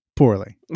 Poorly